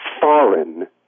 foreign